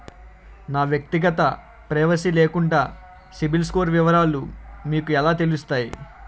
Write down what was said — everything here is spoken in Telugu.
నా వ్యక్తిగత ప్రైవసీ లేకుండా సిబిల్ స్కోర్ వివరాలు మీకు ఎలా తెలుస్తాయి?